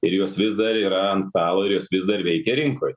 ir jos vis dar yra ant stalo ir jos vis dar veikia rinkoj